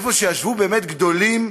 במקום שישבו באמת גדולים,